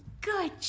Good